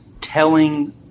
telling